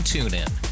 TuneIn